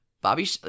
Bobby